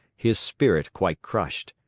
his spirit quite crushed,